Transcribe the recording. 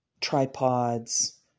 Tripods